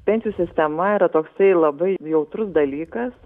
pensijų sistema yra toksai labai jautrus dalykas